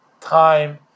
time